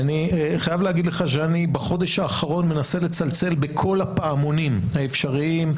אני חייב להגיד לך שבחודש האחרון אני מנסה לצלצל בכל הפעמונים האפשריים,